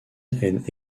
and